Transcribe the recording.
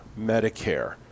Medicare